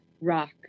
rock